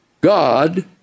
God